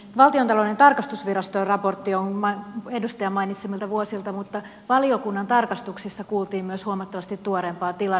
valtiotalouden tarkastusviraston raportti on edustajan mainitsemilta vuosilta mutta valiokunnan tarkastuksessa kuultiin myös huomattavasti tuoreempaa tilannetta